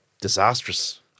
disastrous